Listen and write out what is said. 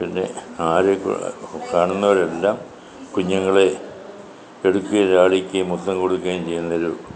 പിന്നെ ആര് കാണുന്നവരെല്ലാം കുഞ്ഞുങ്ങളെ എടുക്കുകയും ലാളിക്കുകയും മുത്തം കൊടുക്കുകയും ചെയ്യുന്നതിൽ